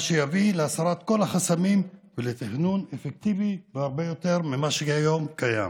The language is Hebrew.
מה שיביא להסרת כל החסמים ולתכנון אפקטיבי הרבה יותר ממה שקיים כיום.